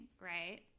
right